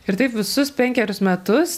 ir taip visus penkerius metus